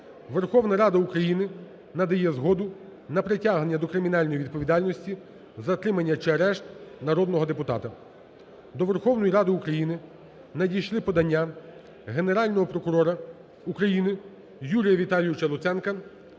Верховна Рада України надає згоду на притягнення до кримінальної відповідальності, затримання чи арешт народного депутата. До Верховної Ради України надійшли подання Генерального прокурора України Юрія Віталійовича Луценка